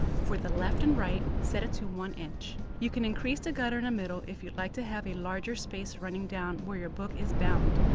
for the left and right, set it to one inch. you can increase gutter in middle if you'd like to have a larger space running down where your book is bound.